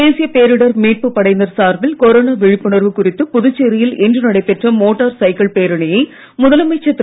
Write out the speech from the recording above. தேசிய பேரிடர் மீட்பு படையினர் சார்பில் கொரோனா விழிப்புணர்வு குறித்து புதுச்சேரியில் இன்று நடைபெற்ற மோட்டார் சைக்கிள் பேரணியை முதலமைச்சர் திரு